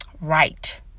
right